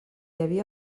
havia